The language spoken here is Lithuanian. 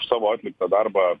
už savo atliktą darbą